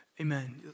Amen